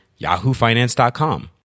yahoofinance.com